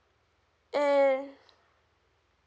and